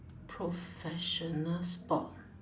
professional sport